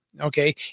Okay